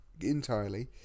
entirely